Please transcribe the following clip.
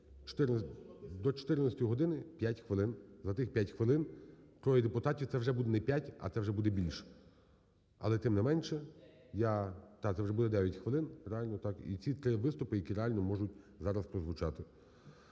до 14 години 5 хвилин. За тих 5 хвилин троє депутатів це вже буде не 5, а це вже буде більше. Але, тим не менше, я… Так, це вже буде 9 хвилин, правильно, і ці три виступи, які реально можуть зараз прозвучати.